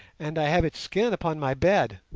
and i have its skin upon my bed.